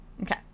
Okay